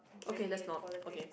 bringing in politics